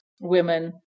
women